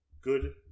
good